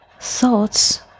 thoughts